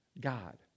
God